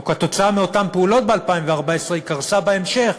או שכתוצאה מאותן פעולות ב-2014 היא קרסה בהמשך,